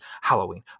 Halloween